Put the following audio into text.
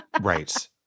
Right